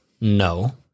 no